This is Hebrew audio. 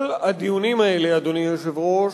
כל הדיונים האלה, אדוני היושב-ראש,